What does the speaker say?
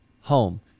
home